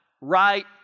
right